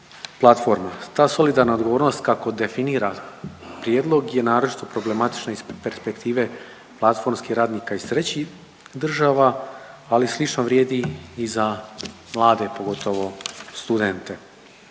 platforma. Ta solidarna odgovornost kako definira prijedlog je naročito problematična iz perspektive platformskih radnika iz trećih država, ali slično vrijedi i za mlade pogotovo studente.